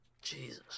Jesus